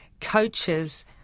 coaches